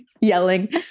Yelling